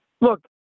look